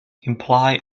imply